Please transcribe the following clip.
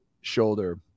shoulder